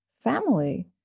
family